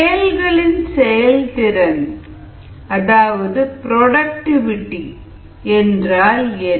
செல்களின் செயல்திறன் அதாவது புரோடக்டிவிடி என்றால் என்ன